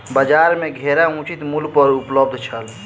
बजार में घेरा उचित मूल्य पर उपलब्ध छल